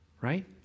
right